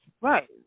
Right